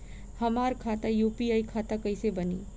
हमार खाता यू.पी.आई खाता कइसे बनी?